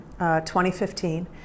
2015